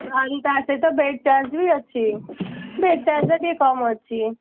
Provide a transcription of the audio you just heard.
ଆଉ ତା' ସହିତ ବେଡ଼ ଚାର୍ଜ ବି ଅଛି ବେଡ଼ ଚାର୍ଜ ଟିକିଏ କମ୍ ଅଛି